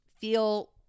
feel